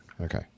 Okay